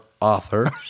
author